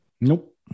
Nope